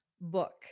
book